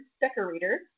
decorator